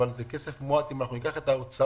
אבל זה כסף מועט אם אנחנו ניקח את ההוצאות